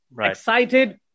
excited